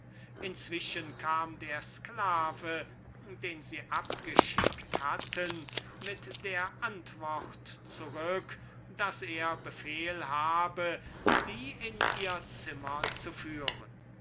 inzwischen kam der sklave den sie abgeschickt hatten sie bei seiner gebieterin zu melden mit der antwort zurück daß er befehl habe sie in ihr zimmer zuführen